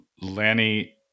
Lanny